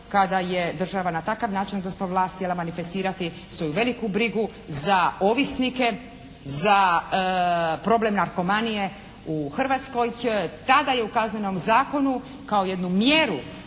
kada je država na takav način odnosno vlast htjela manifestirati svoju veliku brigu za ovisnike, za problem narkomanije u Hrvatskoj. Tada je u Kaznenom zakonu kao jednu mjeru